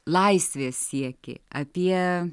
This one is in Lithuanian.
laisvės siekį apie